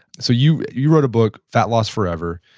so you you wrote a book fat loss forever.